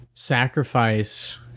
sacrifice